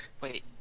Wait